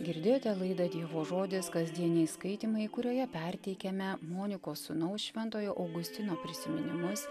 girdėjote laidą dievo žodis kasdieniai skaitymai kurioje perteikiame monikos sūnaus šventojo augustino prisiminimus